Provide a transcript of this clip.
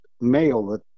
male